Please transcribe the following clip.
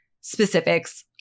specifics